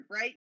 right